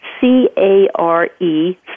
C-A-R-E